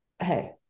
Hey